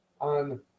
on